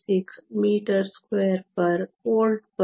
117 m2 V 1 s 1